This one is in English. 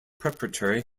preparatory